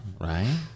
right